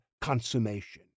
consummation